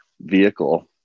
vehicle